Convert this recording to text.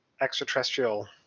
extraterrestrial